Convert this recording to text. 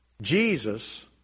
Jesus